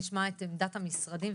נשמע את עמדת המשרדים,